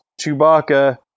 Chewbacca